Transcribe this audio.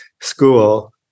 school